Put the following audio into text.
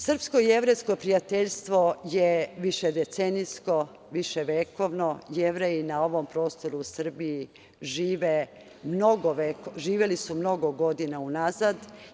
Srpsko-jevrejsko prijateljstvo je višedecenijsko, viševekovno, Jevreji na ovom prostoru Srbije živeli su mnogo godina unazad.